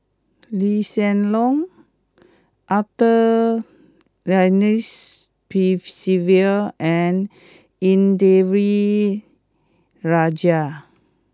Lee Hsien Loong Arthur Ernest Percival and Indranee Rajah